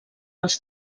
els